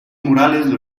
murales